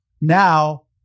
now